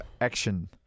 action